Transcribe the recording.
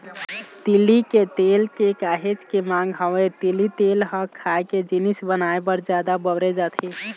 तिली के तेल के काहेच के मांग हवय, तिली तेल ह खाए के जिनिस बनाए बर जादा बउरे जाथे